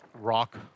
rock